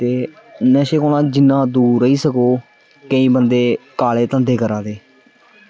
ते नशे कोला जिन्ना दूर रेही सको केईं बंदे काले धंधे करा दे